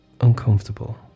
Uncomfortable